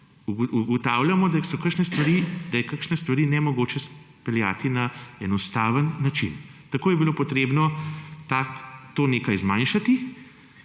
ugotavljamo, da je kakšne stvari nemogoče speljati na enostaven način. Tako je bilo treba nekaj zmanjšati